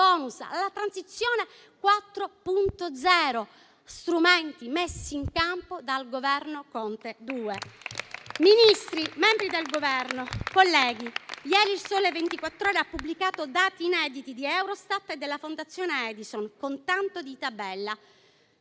alla Transizione 4.0, strumenti messi in campo dal Governo Conte II. Ministri, membri del Governo, colleghi, ieri «Il Sole 24 Ore» ha pubblicato dati inediti di Eurostat e della Fondazione Edison, con tanto di tabella.